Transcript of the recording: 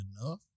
enough